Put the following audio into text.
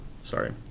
sorry